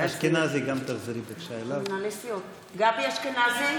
בעד גבי אשכנזי,